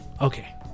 Okay